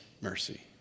mercy